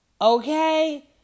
okay